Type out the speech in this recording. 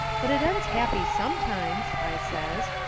but it ends happy sometimes, i says.